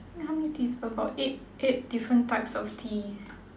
eh how many teas about eight eight different types of teas